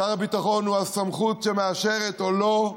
שר הביטחון הוא הסמכות שמאשרת או לא,